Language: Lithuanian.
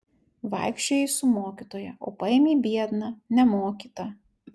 vaikščiojai su mokytoja o paėmei biedną nemokytą